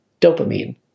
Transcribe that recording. dopamine